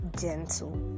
gentle